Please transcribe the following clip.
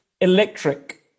electric